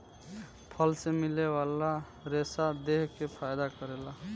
फल मे मिले वाला रेसा देह के फायदा करेला